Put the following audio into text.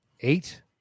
Eight